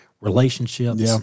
relationships